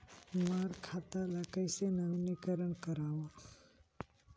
मोर खाता ल कइसे नवीनीकरण कराओ?